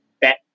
bet